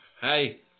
hey